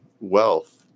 wealth